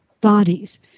bodies